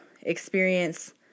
experience